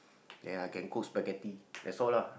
and I can cook spaghetti that's all lah